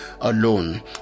alone